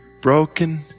broken